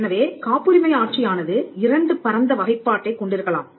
எனவே காப்புரிமை ஆட்சியானது இரண்டு பரந்த வகைப்பாட்டைக் கொண்டிருக்கலாம்